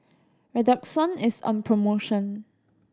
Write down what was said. redoxon is on promotion